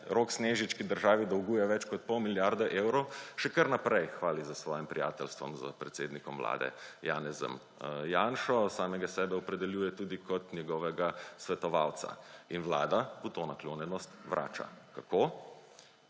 Rok Snežič, ki državi dolguje več kot pol milijarde evrov, še kar naprej hvali s svojim prijateljstvom s predsednikom vlade Janezom Janšo, samega sebe opredeljuje tudi kot njegovega svetovalca. In vlada mu to naklonjenost vrača. Kako?